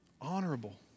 honorable